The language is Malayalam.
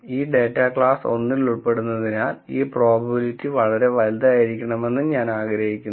ഈ ഡാറ്റ ക്ലാസ് 1 ൽ ഉൾപ്പെടുന്നതിനാൽ ഈ പ്രോബബിലിറ്റി വളരെ വലുതായിരിക്കണമെന്ന് ഞാൻ ആഗ്രഹിക്കുന്നു